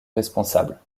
responsable